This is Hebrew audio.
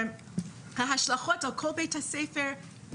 ההשלכות על כל בית-הספר,